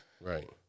Right